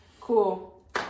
Cool